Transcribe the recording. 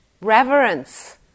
reverence